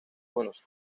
buenos